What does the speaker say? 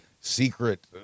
secret